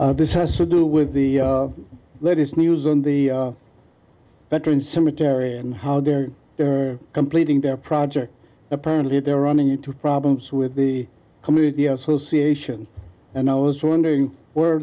to this has to do with the latest news on the veterans cemetery and how they're completing their project apparently they're running into problems with the community association and i was wondering where